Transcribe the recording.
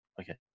Okay